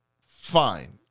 Fine